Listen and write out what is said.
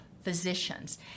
physicians